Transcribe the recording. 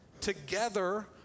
together